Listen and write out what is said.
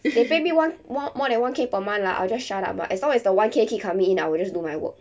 they pay me one more more than one K per month lah I'll just shut up lah as long as the one L keep coming in I'll just do my work